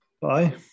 Bye